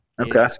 Okay